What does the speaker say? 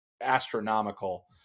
astronomical